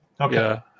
Okay